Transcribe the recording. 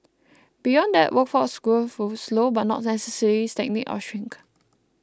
beyond that workforce growth would slow but not necessarily stagnate or shrink